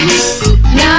Now